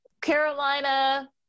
Carolina